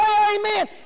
amen